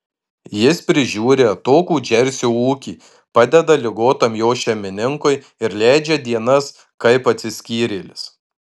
jis prižiūri atokų džersio ūkį padeda ligotam jo šeimininkui ir leidžia dienas kaip atsiskyrėlis